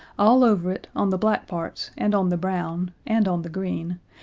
all over it, on the black parts, and on the brown, and on the green,